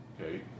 okay